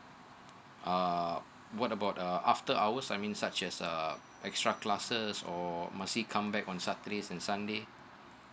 uh what about uh after hours I mean such as uh extra classes or must he come back on saturday and sunday